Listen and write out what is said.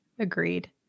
Agreed